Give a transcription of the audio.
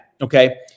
Okay